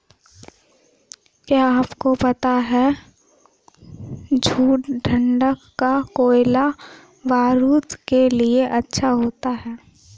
क्या आपको पता है जूट डंठल का कोयला बारूद के लिए अच्छा होता है